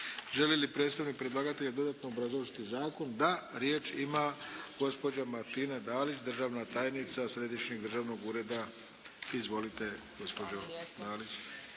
Želi li predstavnik predlagatelja dodatno obrazložiti zakon? Da. Riječ ima gospođa Martina Dalić, državna tajnica Središnjeg državnog ureda. Izvolite gospođo Dalić.